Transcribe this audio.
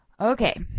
Okay